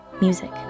Music